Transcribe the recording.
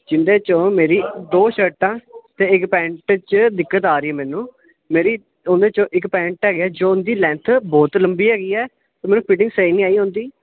ਜਿੰਦੇ ਚੋਂ ਮੇਰੀ ਦੋ ਸ਼ਰਟਾਂ ਤੇ ਇੱਕ ਪੈਂਟ ਚ ਦਿੱਕਤ ਆ ਰਹੀ ਮੈਨੂੰ ਮੇਰੀ ਉਹਦੇ ਚੋਂ ਇੱਕ ਪੈਂਟ ਹੈਗੇ ਜੋ ਉਹਦੀ ਲੈਂਥ ਬਹੁਤ ਲੰਬੀ ਹੈਗੀ ਹ ਮੈਨੂੰ ਫਿਟਿੰਗ ਸਹੀ ਨਹੀਂ ਆਈ ਉਹਦੀ